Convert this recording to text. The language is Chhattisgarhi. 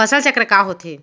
फसल चक्र का होथे?